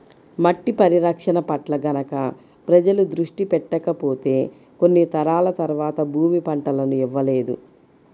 మట్టి పరిరక్షణ పట్ల గనక ప్రజలు దృష్టి పెట్టకపోతే కొన్ని తరాల తర్వాత భూమి పంటలను ఇవ్వలేదు